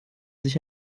sich